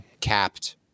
capped